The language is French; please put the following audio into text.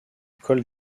colle